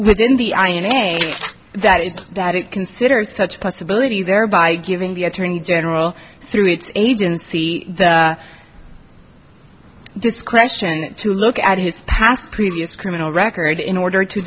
within the i a e a that is that it considers such possibility there by giving the attorney general through its agency the discretion to look at his past previous criminal record in order to